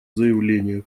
заявление